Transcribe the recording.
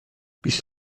بیست